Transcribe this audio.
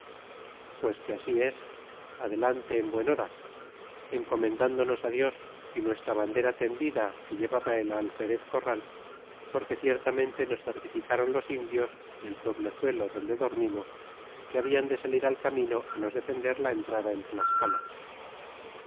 pues que así es adelante en buen hora encomendándonos dios y nuestra vandera tendida que llevaba el alferez corral porque ciertamente nos certillcáron los indios del pueblezuelo donde dormimos que hablan de salir al camino nos defender la entrada en tlascala